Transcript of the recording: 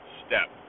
step